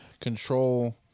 control